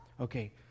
okay